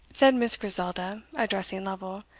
said miss griselda, addressing lovel,